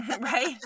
right